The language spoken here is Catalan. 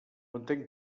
entenc